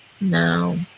No